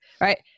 right